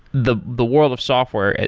the the world of software,